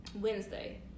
Wednesday